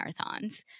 marathons